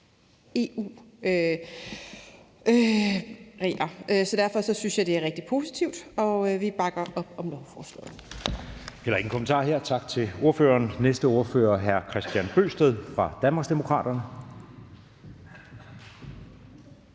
EU-regler, så derfor synes jeg, det er rigtig positivt. Vi bakker op om lovforslaget.